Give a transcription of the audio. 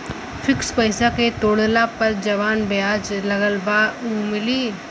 Fix पैसा के तोड़ला पर जवन ब्याज लगल बा उ मिली?